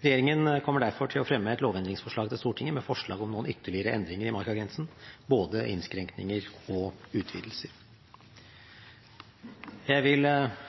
Regjeringen kommer derfor til å fremme et lovendringsforslag til Stortinget med forslag om noen ytterligere endringer i markagrensen, både innskrenkninger og utvidelser. Jeg vil